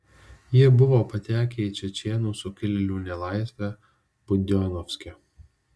jie buvo patekę į čečėnų sukilėlių nelaisvę budionovske